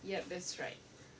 yup that's right